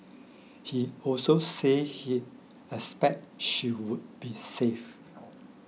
he also said he expect she would be saved